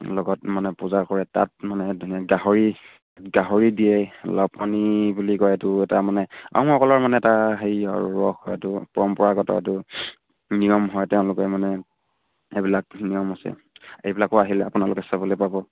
লগত মানে পূজা কৰে তাত মানে ধুনীয়া গাহৰি গাহৰি দিয়ে লাওপানী বুলি কয় এইটো এটা মানে আহোমসকলৰ মানে এটা হেৰি আৰু ৰস হয় এইটো পৰম্পৰাগত এইটো নিয়ম হয় তেওঁলোকে মানে এইবিলাক নিয়ম আছে এইবিলাকো আহিলে আপোনালোকে চাবলৈ পাব